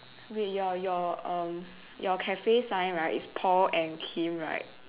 wait your your um your cafe sign right is Paul and Kim right